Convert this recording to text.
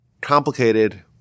complicated